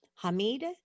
Hamid